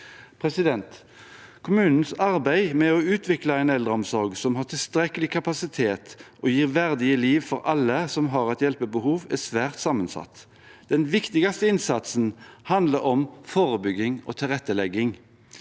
tilsyn på. Kommunenes arbeid med å utvikle en eldreomsorg som har tilstrekkelig kapasitet og gir verdige liv for alle som har et hjelpebehov, er svært sammensatt. Den viktigste innsatsen handler om forebygging og tilrettelegging.